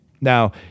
Now